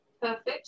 perfect